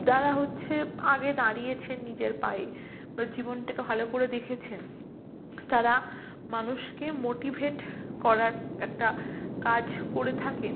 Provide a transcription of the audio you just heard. যারা হচ্ছে আগে দাঁড়িয়েছে নিজের পায়ে বা জীবনটাকে ভালো করে দেখেছেন তারা মানুষকে মোটিভেট করার একটা কাজ করে থাকেন